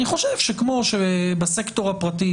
אני חושב כמו בסקטור הפרטי,